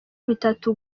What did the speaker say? bitatu